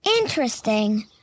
Interesting